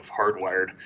Hardwired